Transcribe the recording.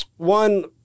One